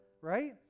Right